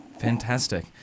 Fantastic